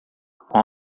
com